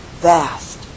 vast